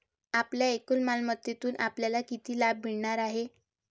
आपल्या एकूण मालमत्तेतून आपल्याला किती लाभ मिळणार आहे?